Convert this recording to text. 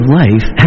life